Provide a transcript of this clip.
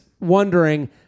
wondering